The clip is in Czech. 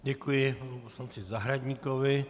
Děkuji panu poslanci Zahradníkovi.